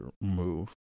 move